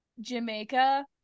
Jamaica